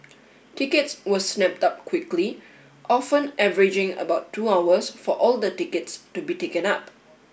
tickets were snapped up quickly often averaging about two hours for all the tickets to be taken up